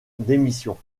démission